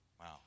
Wow